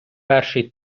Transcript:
перший